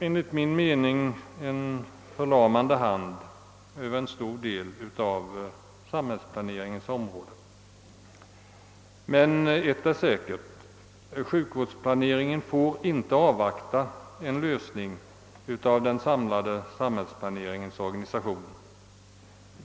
Enligt min mening ligger det en förlamande hand över en stor del av samhällsplaneringsverksamheten. Men ett är säkert: sjukvårdsplaneringen får inte avvakta en lösning av den samlade samhällsplaneringens organisation.